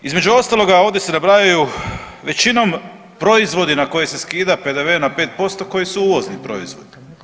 Između ostaloga ovdje se nabrajaju većinom proizvodi na koje se skida PDV na 5% koji su uvozni proizvodi.